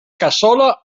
cassola